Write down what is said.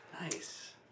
Nice